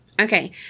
Okay